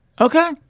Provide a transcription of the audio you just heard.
Okay